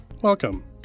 Welcome